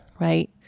right